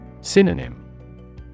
Synonym